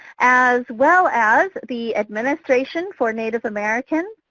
as well as the administration for native americans,